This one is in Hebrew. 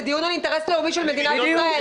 זה דיון על אינטרס לאומי של מדינת ישראל.